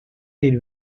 did